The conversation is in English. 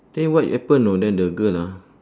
then what happen you know then the girl ah